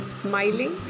Smiling